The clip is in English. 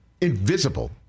Invisible